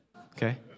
Okay